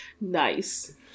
nice